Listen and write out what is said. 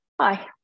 hi